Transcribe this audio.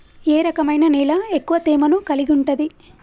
ఏ రకమైన నేల ఎక్కువ తేమను కలిగుంటది?